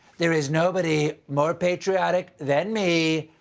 there is nobody more patriotic than me,